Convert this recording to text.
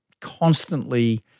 constantly